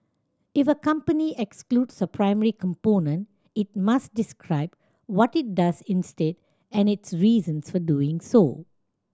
if a company excludes a primary component it must describe what it does instead and its reasons for doing so